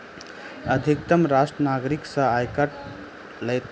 अधितम राष्ट्र नागरिक सॅ आय कर लैत अछि